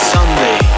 Sunday